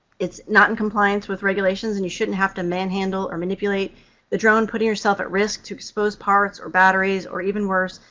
it's not in compliance with regulations, and you shouldn't have to manhandle or manipulate the drone, putting yourself at risk to exposed parts or batteries or, even worse,